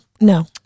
no